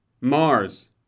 Mars